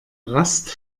rast